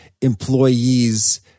employees